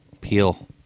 Peel